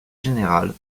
général